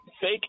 Fake